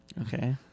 Okay